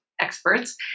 experts